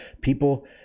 People